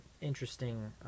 interesting